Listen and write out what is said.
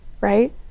right